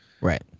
Right